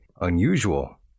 unusual